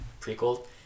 prequel